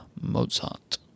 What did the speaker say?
Mozart